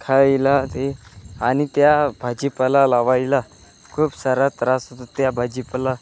खायला ते आणि त्या भाजीपाला लावायला खूप सारा त्रास होता त्या भाजीपाला